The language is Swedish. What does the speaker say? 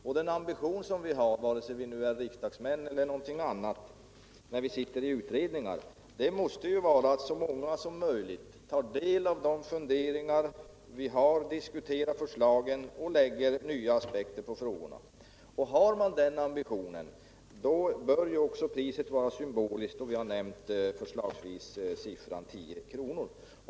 Vår ambition när vi sitter i utredningar — vare sig vi är riksdagsmän eller någonting annat — måste vara att så många som möjligt tar del av våra funderingar, diskuterar förslagen och lägger nya aspekter på frågorna. Har man den ambitionen bör priset vara symboliskt, och vi har förslagsvis nämnt siffran 10 kr.